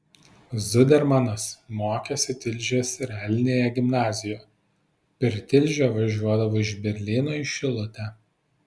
zudermanas mokėsi tilžės realinėje gimnazijoje per tilžę važiuodavo iš berlyno į šilutę